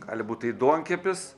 gali būt tai duonkepis